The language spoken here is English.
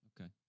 Okay